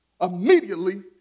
immediately